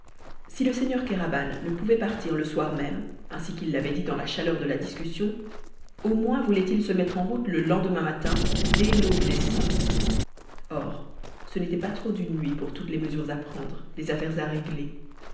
si le seigneur kéraban ne pouvait partir le soir même ainsi qu'il l'avait dit dans la chaleur de la discussion au moins voulait-il se mettre en route le lendemain matin dès l'aube naissante or ce n'était pas trop d'une nuit pour toutes les mesures à prendre les affaires à régler